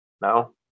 No